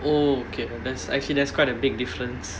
oh okay that's actually that's quite a big difference